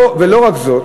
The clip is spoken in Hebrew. לא רק זאת,